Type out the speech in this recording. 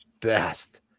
best